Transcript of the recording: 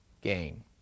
gain